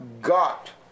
got